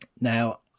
Now